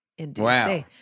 wow